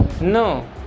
No